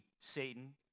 Satan